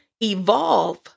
evolve